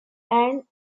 and